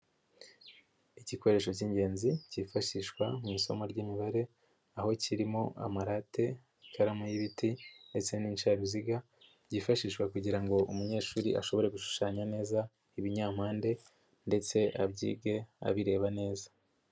Igikoresho cy'ingenzi cyifashishwa mu isomo ry'imibare, aho kirimo amarate, ikaramu y'ibiti ndetse n'incaruziga byifashishwa kugira ngo umunyeshuri ashobore gushushanya neza ibinyampande ndetse abyige abireba neza.